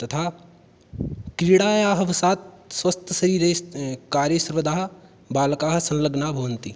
तथा क्रीडायाः वशात् स्वस्थशरीरे कार्ये सर्वदा बालकाः संलग्नाः भवन्ति